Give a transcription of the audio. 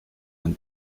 man